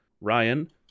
Ryan